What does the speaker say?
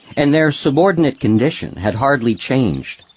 and their subordinate condition had hardly changed.